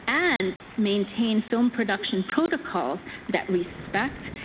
and, maintain film production protocols that respect,